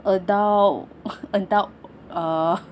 adult adult uh